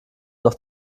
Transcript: noch